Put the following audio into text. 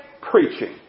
preaching